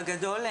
בגדול,